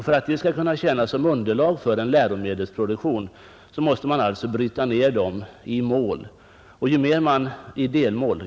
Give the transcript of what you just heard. För att de skall kunna tjäna som underlag för en läromedelsproduktion måste man alltså bryta ner dem i delmål.